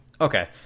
Okay